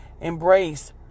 embrace